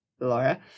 Laura